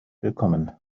willkommen